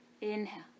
inhale